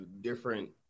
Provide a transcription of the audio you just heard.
different